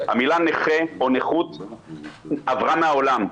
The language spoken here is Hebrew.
המילה נכה או נכות עברה מהעולם,